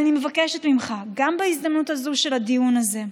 אבל אני מבקשת ממך, בהזדמנות הזאת של הדיון הזה,